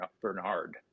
Bernard